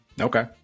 Okay